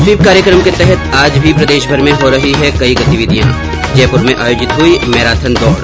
SVEEP कार्यक्रम के तहत आज भी प्रदेशभर में हो रही है कई गतिविधियां जयपुर में आयोजित हुई मैराथन दौड